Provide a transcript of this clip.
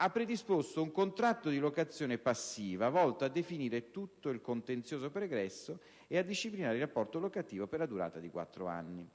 ha predisposto un contratto di locazione passiva volto a definire tutto il contenzioso pregresso e a disciplinare il rapporto locativo per la durata di quattro anni.